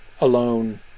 alone